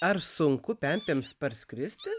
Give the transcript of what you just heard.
ar sunku pempėms parskristi